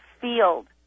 field